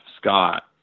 Scott